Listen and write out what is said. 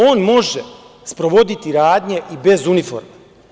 On može sprovoditi radnje i bez uniforme.